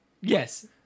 Yes